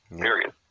Period